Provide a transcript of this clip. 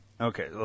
Okay